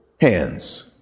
hands